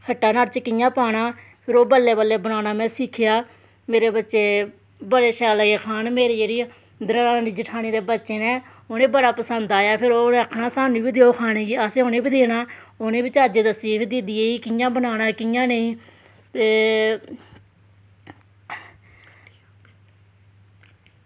खट्टा नुहाड़े च कि'यां पाना फिर ओह् बल्लें बल्लें बनाना में सिक्खेआ मेरे बच्चे बड़े शैल लग्गे खान मेरे जेह्ड़े दरानी जेठानी दे बच्चे न उनें ई बड़ा पसंद आया फिर ओह् आक्खन लग्गे मिगी देओ खाने गी असें उनें गी बी देना उनें बी चज्ज दस्सी दिदियै गी कि'यां बनाना कि'यां नेईं ते